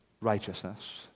righteousness